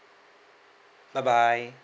bye bye